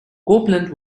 copeland